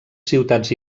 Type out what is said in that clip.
ciutats